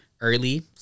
Early